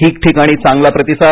ठिकठिकाणी चांगला प्रतिसाद